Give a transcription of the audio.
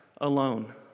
alone